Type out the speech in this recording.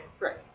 Right